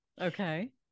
okay